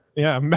yeah,